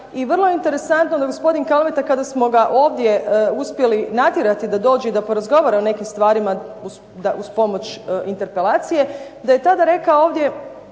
I vrlo je interesantno da gospodin Kalmeta kada smo ga ovdje uspjeli natjerati da dođe i da porazgovara o nekim stvarima, da uz pomoć interpelacije, da je rekao ovdje